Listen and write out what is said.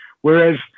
whereas